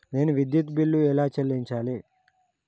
నేను విద్యుత్ బిల్లు ఎలా చెల్లించాలి?